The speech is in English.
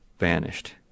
vanished